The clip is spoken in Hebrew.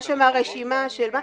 יש שם רשימה שלמה.